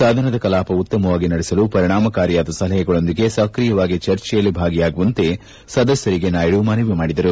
ಸದನದ ಕಲಾಪ ಉತ್ತಮವಾಗಿ ನಡೆಸಲು ಪರಿಣಾಮಕಾರಿಯಾದ ಸಲಹೆಗಳೊಂದಿಗೆ ಸ್ಕ್ರಿಯವಾಗಿ ಚರ್ಚೆಯಲ್ಲಿ ಭಾಗಿಯಾಗುವಂತೆ ಸದಸ್ಯರಿಗೆ ನಾಯ್ಡ ಮನವಿ ಮಾಡಿದರು